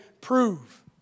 prove